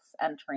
entering